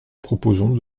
proposons